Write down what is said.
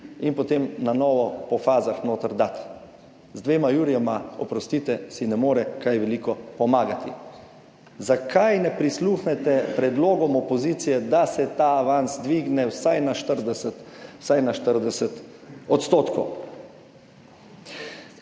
in potem na novo po fazah noter dati. Dvema jurjema, oprostite, si ne more kaj veliko pomagati. Zakaj ne prisluhnete predlogom opozicije, da se ta avans dvigne vsaj na 40 odstotkov?